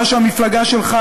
מה שהמפלגה שלך,